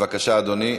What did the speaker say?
בבקשה אדוני.